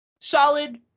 solid